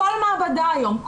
כל מעבדה היום,